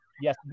yes